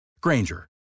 Granger